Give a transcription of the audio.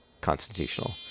constitutional